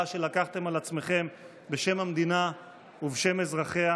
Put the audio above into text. שלקחתם על עצמכם בשם המדינה ובשם אזרחיה: